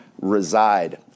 reside